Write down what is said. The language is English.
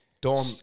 Dorm